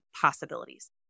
possibilities